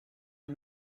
les